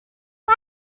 why